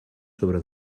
sobre